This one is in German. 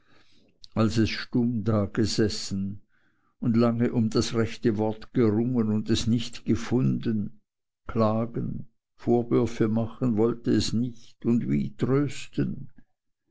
als es stumm dagesessen und lange um das rechte wort gerungen und es nicht gefunden klagen vorwürfe machen wollte es nicht und wie trösten